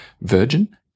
Virgin